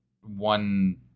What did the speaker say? one